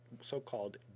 so-called